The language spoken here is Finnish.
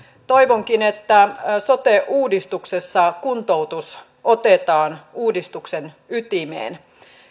toivonkin että sote uudistuksessa kuntoutus otetaan uudistuksen ytimeen